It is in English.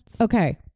Okay